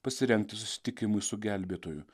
pasirengti susitikimui su gelbėtoju